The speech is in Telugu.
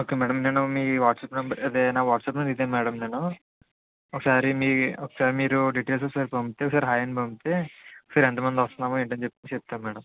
ఓకే మ్యాడం నేను మీ వాట్సాపు నంబరు అదే నా వాట్సాపు ఇదే మ్యాడం నేను ఒకసారి మీ ఒకసారి మీరు డిటైల్స్ ఒకసారి పంపితే ఒకసారి హాయ్ అని పంపితే ఒకసారి ఎంతమంది వస్తున్నామో ఏంటి అని అనేది చెప్తాం మ్యాడం